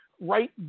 right